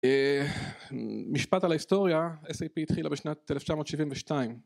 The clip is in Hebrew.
משפט על ההיסטוריה, SAP התחילה בשנת 1972